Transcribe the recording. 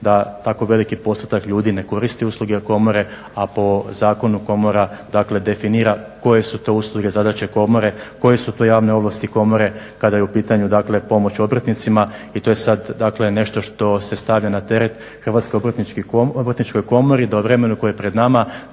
da tako veliki postotak ljudi ne koristi usluge komore, a po zakonu komora dakle definira koje su to usluge i zadaće komore, koje su to javne ovlasti komore kada je u pitanju dakle pomoć obrtnicima i to je sad dakle nešto što se stavlja na teret Hrvatskoj obrtničkoj komori da u vremenu koje je pred nama